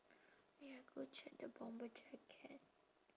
wait I go check the bomber jacket